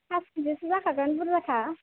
pass केजियाथ' जाखागोन बुरजाखा